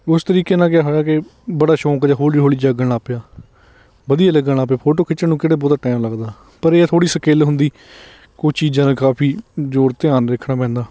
ਉਸ ਤਰੀਕੇ ਨਾਲ ਕਿਹਾ ਕਿ ਬੜਾ ਸ਼ੌਂਕ ਜਿਹਾ ਹੌਲੀ ਹੌਲੀ ਜਾਗਣ ਲੱਗ ਪਿਆ ਵਧੀਆ ਲੱਗਣਾ ਪਿਆ ਫੋਟੋ ਖਿੱਚਣ ਨੂੰ ਕਿਹੜੇ ਬਹੁਤਾ ਟਾਈਮ ਲੱਗਦਾ ਪਰ ਇਹ ਥੋੜ੍ਹੀ ਸਕਿੱਲ ਹੁੰਦੀ ਕੁਛ ਚੀਜ਼ਾਂ ਦਾ ਕਾਫ਼ੀ ਜ਼ੋਰ ਧਿਆਨ ਰੱਖਣਾ ਪੈਂਦਾ